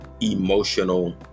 emotional